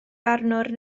barnwr